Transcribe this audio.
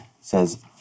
Says